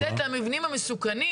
לתת קודם למבנים המסוכנים,